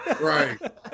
Right